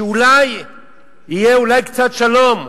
שאולי יהיה קצת שלום,